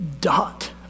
dot